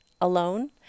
alone